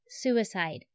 suicide